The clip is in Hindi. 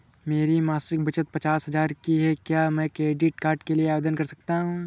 मेरी मासिक बचत पचास हजार की है क्या मैं क्रेडिट कार्ड के लिए आवेदन कर सकता हूँ?